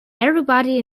everybody